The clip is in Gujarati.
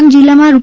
ડાંગ જિલ્લામાં રૂ